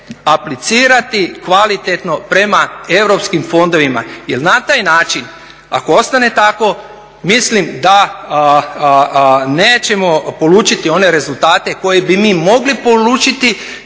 aplicirati kvalitetno prema europskim fondovima jel na taj način ako ostane tako mislim da nećemo polučiti one rezultate koje bi mi mogli polučiti